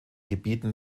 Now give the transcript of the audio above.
gebieten